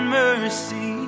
mercy